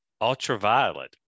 ultraviolet